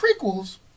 prequels